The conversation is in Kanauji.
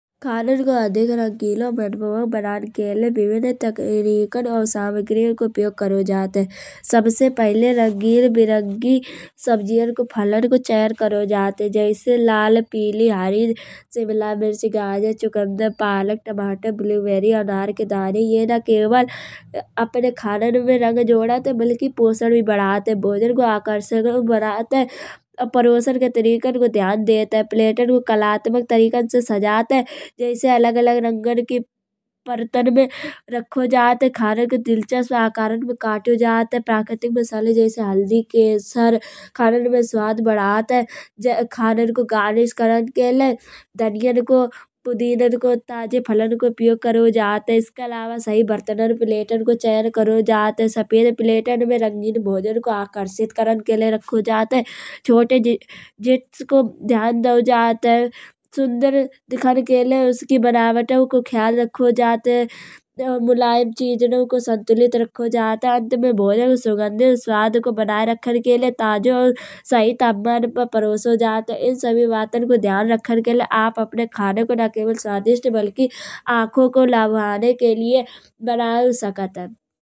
खानन को अधिक रंगीला मनमोहक बनाने के लये विभिन्न तकनीकन और सामग्रीन को उपयोग करो जात है। सबसे पहिले रंगीन विरंगी सब्जियन को फलन को चयन करो जात है। जैसे लाल, पिली, हरी शिमला मिर्च, गाजर, चुकंदर, पालक, टमाटर, ब्लूबेरी, अनार के दाने। ये न केवळ अपने खानन में रंग जोड़त बलकि पोषद भी बढ़त है भोजन को आकर्षक बनात है। परोसन के तरीकेन को ध्यान देत है। प्लेटन को कलात्मक तरीकेन से सजात है। जैसे अलग अलग रंगन की पर्तन में रखो जात है। खानन को दिलचस्प आकारन में काटो जात है। प्राकृतिक मसाले जैसे हल्दी केसर खानन में स्वाद बढ़ात है। खानन को गार्निस करण के लये धनियन को पुदीनन को ताजे फलन को उपयोग करो जात है। इसके अलावा सही बर्तन प्लेटन को चयन करो जात है। सफेद प्लेटन में रंगीन भोजन को आकर्षित करण के लये राखो जात है। छोटे जीटस को ध्यान दयो जात है। सुंदर दिखन के लये उसकी बनावटो को ख्याल रखो जात है। ताउ मुलायम चीज उनाओ को संतुलित रखो जात है। अंत में भोजन सुगंधित स्वाद को बनाये रखन के लये ताजो सही तापमान में परसो जात है। इन सभी बतन को ध्यान रखन के लये आप अपने खाने को न केवळ स्वादिष्ट बलकि आँखो को लुभाये के लिये बनाये सकत है।